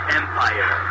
empire